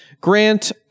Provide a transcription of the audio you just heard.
Grant